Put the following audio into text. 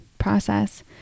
Process